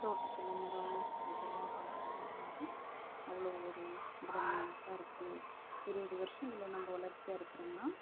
தோட்டத்தில் மரம் அதெல்லாம் பார்க்கறம் போது வந்து அவ்வளோ ஒரு பிரமிப்பாக இருக்குது இருபது வருஷங்கள்ல நம்ம வளர்ச்சியாக இருக்கிறோம்னா